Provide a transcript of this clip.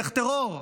דרך טרור.